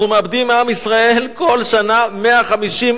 אנחנו מאבדים מעם ישראל כל שנה 150,000,